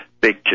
big